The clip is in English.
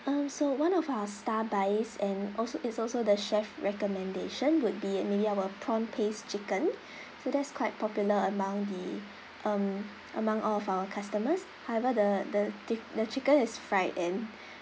um so one of our star buys and also it's also the chef's recommendation would be maybe our prawn paste chicken so that's quite popular among the um among all of our customers however the the the chicken is fried and